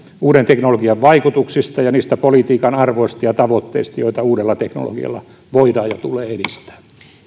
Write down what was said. uuden teknologian vaikutuksista ja niistä politiikan arvoista ja tavoitteista joita uudella teknologialla voidaan ja tulee edistää